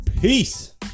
Peace